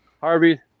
harvey